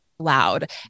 loud